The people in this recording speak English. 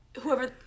whoever